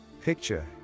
Picture